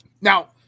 Now